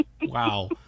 Wow